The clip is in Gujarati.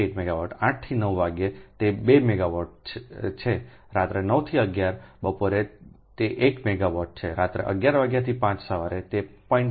8 મેગાવાટ 8 થી 9 વાગ્યે તે 2 મેગાવાટ છે રાત્રે 9 થી 11 બપોરે તે 1 મેગાવાટ છે રાત્રે 11 વાગ્યાથી 5 સવારે તે 0